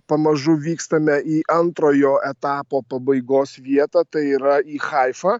pamažu vykstame į antrojo etapo pabaigos vietą tai yra į haifą